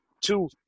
two